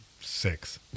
six